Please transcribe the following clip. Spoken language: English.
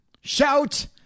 shout